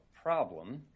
problem